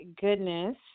goodness